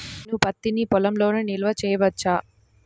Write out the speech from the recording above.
నేను పత్తి నీ పొలంలోనే నిల్వ చేసుకోవచ్చా?